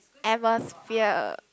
atmosphere